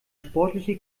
sportliche